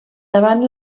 davant